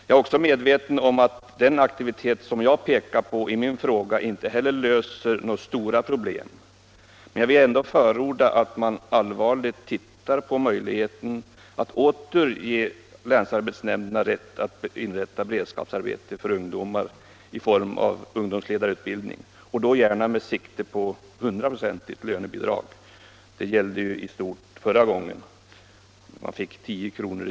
Jag är också medveten om att den aktivitet som jag pekat på i min fråga inte löser några stora problem, men jag vill ändå förorda att man undersöker möjligheterna att åter ge länsarbetsnämnderna rätt att igångsätta beredskapsarbeten för ungdomar i form av ungdomsledarutbildning, och då gärna med sikte på 100-procentigt lönebidrag. I stort sett var det ju det som gällde förra gången. Då fick ungdomarna 10 kr.